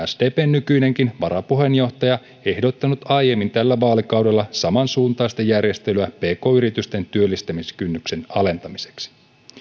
sdpn nykyinenkin varapuheenjohtaja ehdottanut aiemmin tällä vaalikaudella käytännössä samansuuntaista järjestelyä pk yritysten työllistämiskynnyksen alentamiseksi